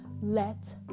Let